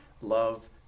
love